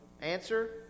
Answer